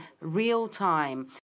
real-time